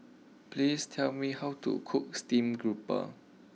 please tell me how to cook stream grouper